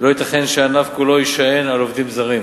ולא ייתכן שהענף כולו יישען על עובדים זרים.